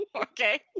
Okay